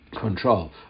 control